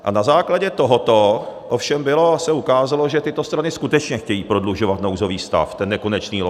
A na základě tohoto ovšem se ukázalo, že tyto strany skutečně chtějí prodlužovat nouzový stav, ten nekonečný lockdown.